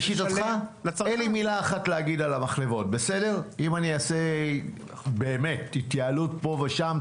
אין לי מילה אחת להגיד על המחלבות אם אני אעשה באמת התייעלות פה ושם,